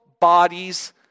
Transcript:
bodies